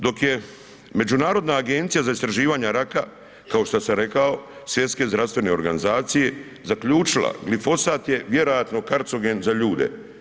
Dok je Međunarodna agencija za istraživanje raka, kao što sam rekao Svjetske zdravstvene organizacije, zaključila glifosat je vjerojatno kancerogen za ljude.